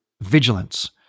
vigilance